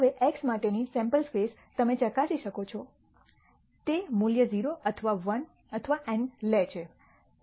હવે x માટેની sample space તમે ચકાસી શકો છો તે મૂલ્ય 0 અથવા 1 અથવા n લે છે